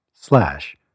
slash